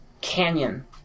canyon